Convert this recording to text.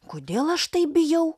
kodėl aš taip bijau